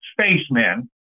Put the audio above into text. spacemen